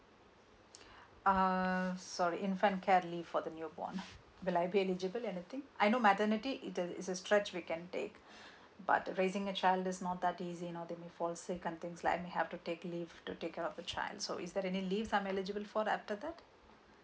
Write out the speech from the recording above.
uh sorry infant care leave for the newborn will I be eligible anything I know maternity it's a it's a stretch we can take but raising a child is not that easy you know they may fall sick and things like that and have to take leave to take so is there any leave I'm eligible for after that